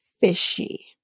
fishy